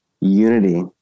unity